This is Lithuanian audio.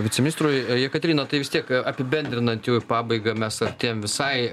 viceministrui jekaterina tai vis tiek apibendrinant jau į pabaigą mes artėjam visai